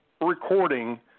recording